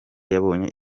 yabonye